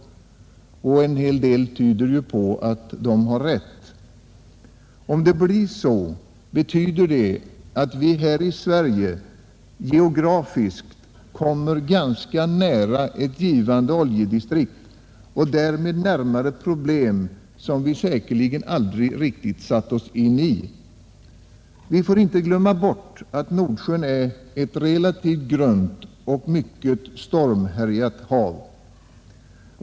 Mycket tyder på att de har rätt. Om det blir så, betyder det att vi här i Sverige geografiskt kommer ganska nära ett givande oljedistrikt och därmed närmare problem som vi säkerligen aldrig riktigt satt oss in i. Vi får inte glömma bort att Nordsjön är ett relativt grunt och mycket stormhärjat hav.